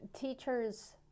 Teachers